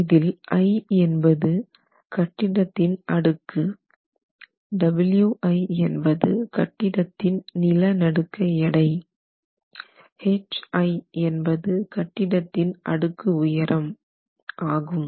இதில் i என்பது கட்டிடத்தின் அடுக்கு Wi என்பது கட்டிடத்தின் நிலநடுக்க எடை hi என்பது கட்டிடத்தின் அடுக்கு உயரம் ஆகும்